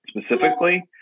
specifically